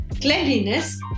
cleanliness